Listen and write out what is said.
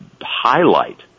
highlight